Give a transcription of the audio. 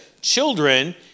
children